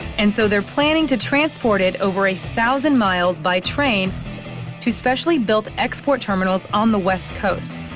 and so they're planning to transport it over a thousand miles by train to specially built export terminals on the west coast.